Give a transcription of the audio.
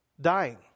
dying